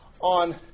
on